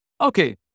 okay